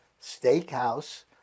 Steakhouse